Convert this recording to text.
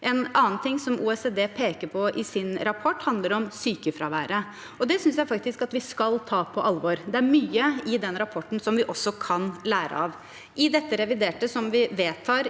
En annen ting OECD peker på i sin rapport, handler om sykefraværet. Det synes jeg faktisk at vi skal ta på alvor. Det er mye i den rapporten vi også kan lære av. I det reviderte budsjettet vi vedtar